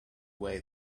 way